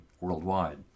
worldwide